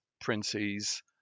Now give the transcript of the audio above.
princes